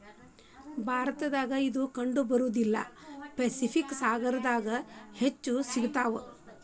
ಭಾರತದಾಗ ಇದು ಕಂಡಬರಂಗಿಲ್ಲಾ ಪೆಸಿಫಿಕ್ ಸಾಗರದಾಗ ಹೆಚ್ಚ ಸಿಗತಾವ